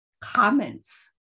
comments